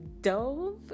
dove